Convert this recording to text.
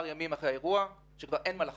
ימים לאחר האירוע כשכבר לא היה מה לחקור.